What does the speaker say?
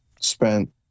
spent